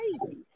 crazy